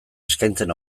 eskaintzen